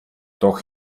doch